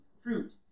fruit